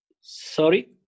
sorry